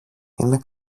είναι